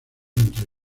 entre